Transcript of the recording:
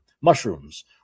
mushrooms